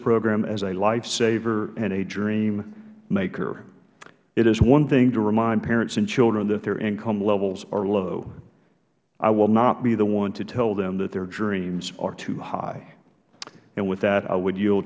program as a lifesaver and a dream maker it is one thing to remind parents and children that their income levels are low i will not be the one to tell them that their dreams are too high with that i would y